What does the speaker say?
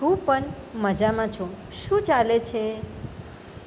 હું પણ મજામાં છું શું ચાલે છે